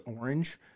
orange